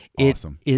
Awesome